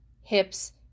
hips